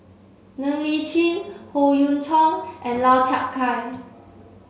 Ng Li Chin Howe Yoon Chong and Lau Chiap Khai